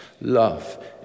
love